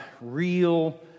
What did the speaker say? real